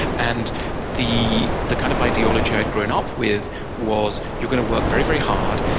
and the the kind of ideology i'd grown up with was, you're going to work very, very hard,